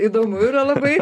įdomu yra labai